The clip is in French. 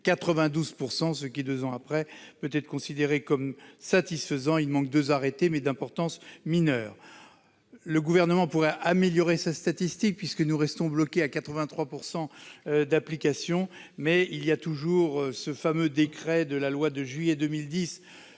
92 %, ce qui, deux ans après, peut être considéré comme satisfaisant. Il manque deux arrêtés, mais qui sont d'importance mineure. Le Gouvernement pourrait améliorer ces statistiques, puisque nous restons bloqués à 83 % d'application. Mais il y a toujours ce fameux décret de la loi de juillet 2010